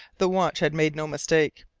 the watch had made no mistake.